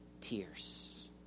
tears